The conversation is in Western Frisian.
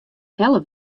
helle